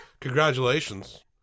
congratulations